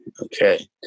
okay